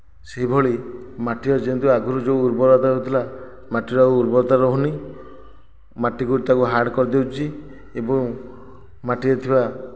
ସେହିଭଳି ମାଟିର ଯେମିତି ଆଗରୁ ଯେଉଁ ଉର୍ବରତା ରହୁଥିଲା ମାଟିର ଆଉ ଉର୍ବରତା ରହୁନି ମାଟିକୁ ତାକୁ ହାର୍ଡ଼ କରି ଦେଉଛି ଏବଂ ମାଟିରେ ଥିବା